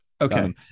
Okay